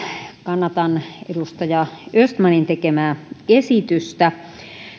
kannatan edustaja östmanin tekemää esitystä